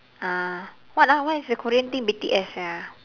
uh what ah what is the korean thing B_T_S ya